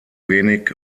wenig